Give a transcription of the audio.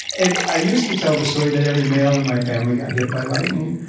and i used to tell the story that every male in my family got hit by lightning.